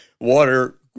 water